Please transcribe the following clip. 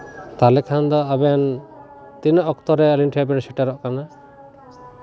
ᱛᱟᱦᱞᱮ ᱠᱷᱟᱱ ᱫᱚ ᱟᱵᱮᱱ ᱛᱤᱱᱟᱹᱜ ᱚᱠᱛᱚᱨᱮ ᱟᱹᱞᱤᱧ ᱴᱷᱮᱱ ᱵᱮᱱ ᱥᱮᱴᱮᱨᱚᱜ ᱠᱟᱱᱟ